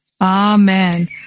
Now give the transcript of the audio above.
Amen